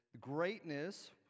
greatness